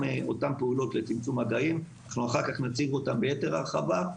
פעולות לצמצום מגעים אחר כך נציג אותן ביתר הרחבה,